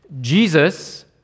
Jesus